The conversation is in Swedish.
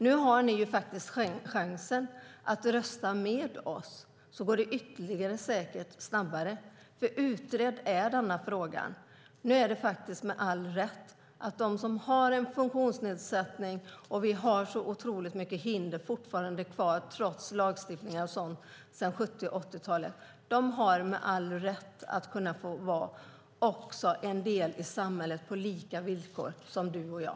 Nu har ni faktiskt chansen att rösta med oss. Då går det säkert snabbare. Frågan är nämligen utredd. Vi har fortfarande så otroligt mycket hinder kvar, trots lagstiftningar sedan 70 och 80-talen. De som har en funktionsnedsättning har all rätt att nu få vara en del i samhället på samma villkor som du och jag.